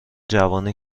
جوان